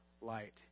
light